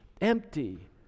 empty